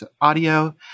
audio